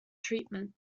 treatment